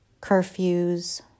Curfews